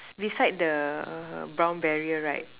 beside the brown barrier right